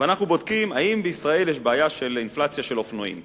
כשאנחנו באים ובודקים אם בישראל יש בעיה של אינפלציה של אופנועים,